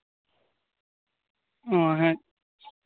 ᱚ ᱦᱮᱸ